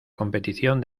competición